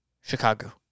Chicago